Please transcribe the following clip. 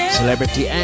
Celebrity